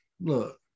look